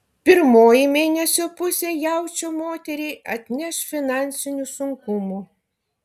pirmoji mėnesio pusė jaučio moteriai atneš finansinių sunkumų